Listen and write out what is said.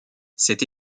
cette